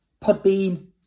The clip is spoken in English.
Podbean